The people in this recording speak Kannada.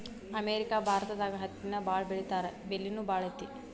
ಅಮೇರಿಕಾ ಭಾರತದಾಗ ಹತ್ತಿನ ಬಾಳ ಬೆಳಿತಾರಾ ಬೆಲಿನು ಬಾಳ ಐತಿ